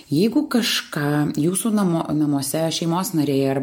jeigu kažkam jūsų namo namuose šeimos nariai ar